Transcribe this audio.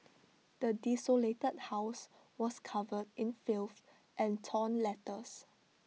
the desolated house was covered in filth and torn letters